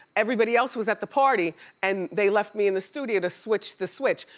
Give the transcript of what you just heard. everybody else was at the party and they left me in the studio to switch the switch.